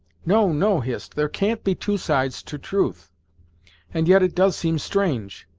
no no hist, there can't be two sides to truth and yet it does seem strange!